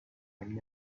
and